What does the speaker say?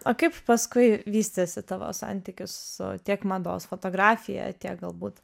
o kaip paskui vystėsi tavo santykius su tiek mados fotografija tiek galbūt